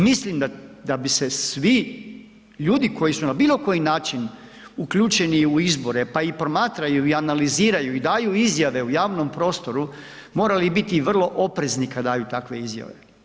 Mislim da bi se svi ljudi koji su na bilo koji način uključeni u izbore, pa i promatraju i analiziraju i daju izjave u javnom prostoru morali biti vrlo oprezni kad daju takve izjave.